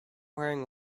wearing